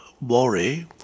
worry